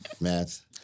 Math